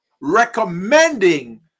recommending